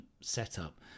setup